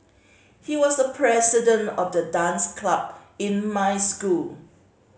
he was the president of the dance club in my school